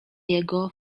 jego